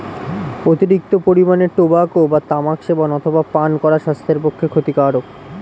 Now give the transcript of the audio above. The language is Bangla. অতিরিক্ত পরিমাণে টোবাকো বা তামাক সেবন অথবা পান করা স্বাস্থ্যের পক্ষে ক্ষতিকারক